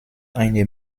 eine